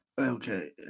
Okay